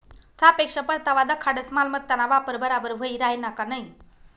सापेक्ष परतावा दखाडस मालमत्ताना वापर बराबर व्हयी राहिना का नयी